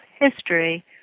history